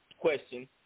question